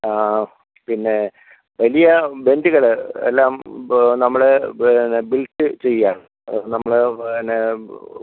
പിന്നെ വലിയ ബെൻഡുകള് എല്ലാം ബ് നമ്മള് പിന്നെ ബിൽറ്റ് ചെയ്യുകയാണ് അത്കൊണ്ട് നമ്മള് പിന്നെ